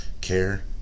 care